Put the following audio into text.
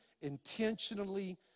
intentionally